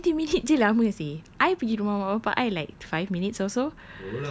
fifteen twenty minutes jer lama seh I pergi rumah mak bapa I like five minutes or so